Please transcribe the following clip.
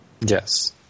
Yes